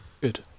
Good